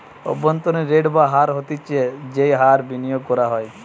অভ্যন্তরীন রেট বা হার হতিছে যেই হার বিনিয়োগ করা হয়